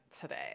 today